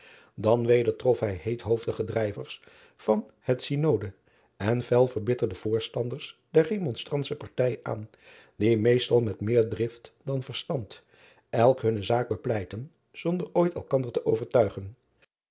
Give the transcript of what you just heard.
an weder trof hij heethoofdige drijvers van het ynode en fel verbitterde voorstanders der emonstrantsche partij aan die meestal met meer drift dan verstand elk hunne zaak bepleitten zonder ooit elkander te overtuigen